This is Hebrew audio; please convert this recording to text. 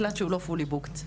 כל מקלט שהייתי בו תמיד היה מלא.